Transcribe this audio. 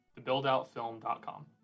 thebuildoutfilm.com